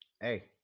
hey